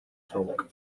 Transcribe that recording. talk